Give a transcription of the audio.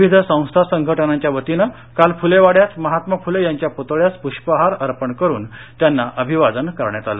विविध संस्था संघटनांच्या वतीनं काल फूले वाड्यात महात्मा फूले यांच्या पूतळ्यास पृष्पहार अर्पण करून त्यांना अभिवादन करण्यात आले